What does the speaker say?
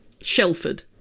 Shelford